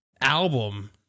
album